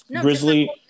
Grizzly